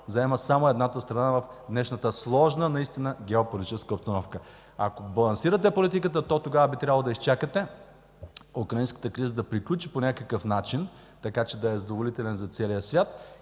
взема само едната страна в днешната сложна наистина геополитическа обстановка. Ако балансирате политиката, то тогава би трябвало да изчакате украинската криза да приключи по някакъв начин, така че да е задоволителен за целия свят